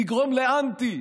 נגרום לאנטי,